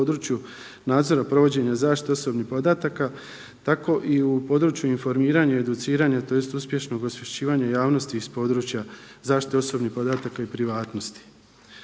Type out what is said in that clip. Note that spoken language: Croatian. u području nadzora provođenja zaštite osobnih podataka tako i u području informiranja i educiranja tj. uspješnog osvješćivanja javnosti iz područja zaštite osobnih podataka i privatnosti.